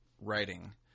writing